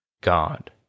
God